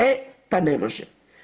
E, pa ne može.